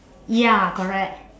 ya correct